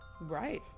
Right